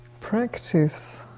practice